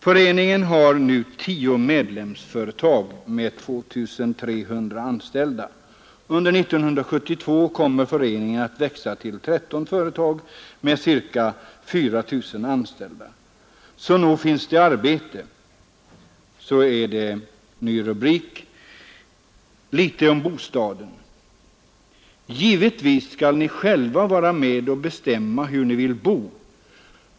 Föreningen har nu 10 medlemsfö retag med 2 300 anställda, och under 1972 kommer föreningen att växa till 13 företag med ca 4 000 anställda. Så nog finns det arbete. Litet om bostaden Givetvis skall ni själva vara med och bestämma hur ni vill bo.